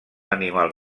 animal